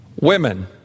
women